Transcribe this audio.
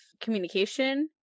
communication